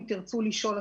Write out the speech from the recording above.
אם תרצו לשאול,